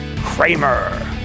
Kramer